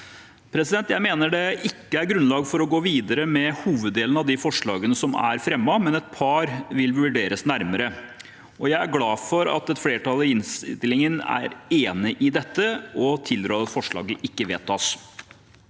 Jeg mener det ikke er grunnlag for å gå videre med hoveddelen av de forslagene som er fremmet, men et par vil vurderes nærmere. Jeg er glad for at et flertall i innstillingen er enig i dette og tilrår at representantforslaget ikke vedtas.